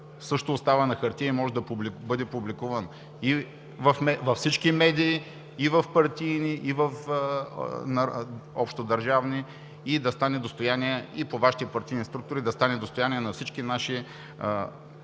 също остава на хартия. Може да бъде публикуван във всички медии – и в партийни, и в общодържавни, и по Вашите партийни структури да стане достояние на всички наши